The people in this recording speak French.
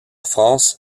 france